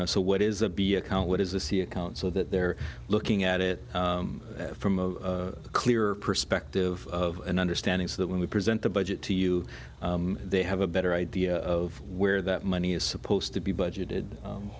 know so what is a b account what is the c account so that they're looking at it from a clearer perspective of an understanding so that when we present the budget to you they have a better idea of where that money is supposed to be budgeted